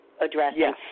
addressing